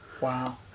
Wow